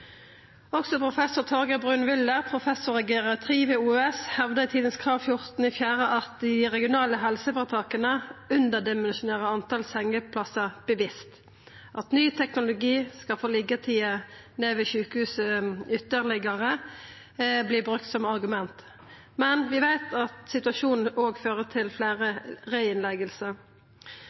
Også Torgeir Bruun Wyller, professor i geriatri ved Oslo universitetssjukehus, hevdar i Tidens Krav 14. april at dei regionale helseføretaka underdimensjonerer talet på sengeplassar bevisst. At ny teknologi skal få liggjetida ved sjukehuset ytterlegare ned, vert brukt som argument. Men vi veit at situasjonen òg fører til fleire